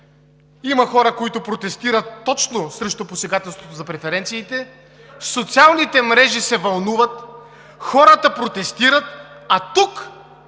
Има хора, които протестират точно срещу посегателството за преференциите – социалните мрежи се вълнуват, хората протестират, а тук